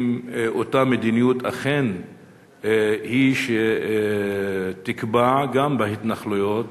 היא האם אותה מדיניות אכן היא שתקבע גם בהתנחלויות.